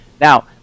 Now